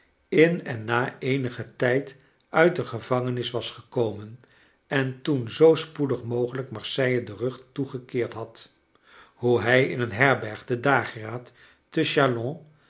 in en na eehigen tijd uit de gevangenis was gekomen en toen zoo spoedig mogelrjk marseille den rug toegekeerd had hoe hij in een herberg de dageraad te chalons